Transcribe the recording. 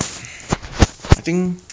ya can tell ah but